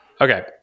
Okay